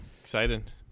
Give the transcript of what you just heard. Excited